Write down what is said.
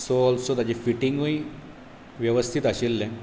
so also ताजी फिटिंगूय वेवस्थीत आशिल्लें